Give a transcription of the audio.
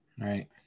Right